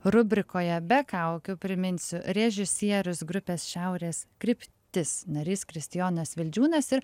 rubrikoje be kaukių priminsiu režisierius grupės šiaurės kryptis narys kristijonas vildžiūnas ir